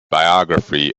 biography